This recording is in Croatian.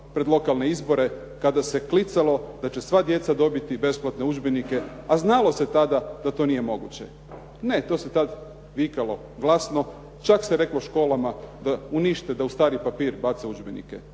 pred lokalne izbore kada se klicalo da će sva djeca dobiti besplatne udžbenike, a znalo se tada da to nije moguće. Ne to se tada vikalo glasno, čak se reklo školama da unište, da u stari papir bace udžbenike.